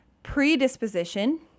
predisposition